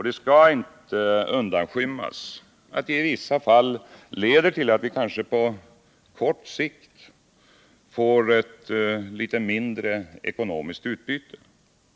Det skall inte undanskymmas att det i vissa fall leder till att vi kanske på kort sikt får ett något mindre ekonomiskt utbyte.